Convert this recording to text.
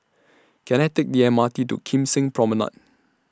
Can I Take The M R T to Kim Seng Promenade